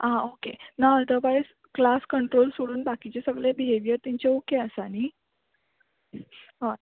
आ okay ना otherwise class control सोडून बाकीचे सगळे बिहेवियर तेंचे ओके आसा न्ही हय